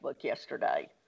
yesterday